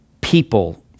people